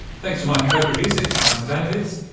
thanks to my co-producer karin zsivanovits,